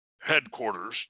headquarters